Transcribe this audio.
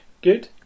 good